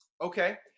okay